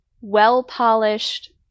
well-polished